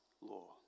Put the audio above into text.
law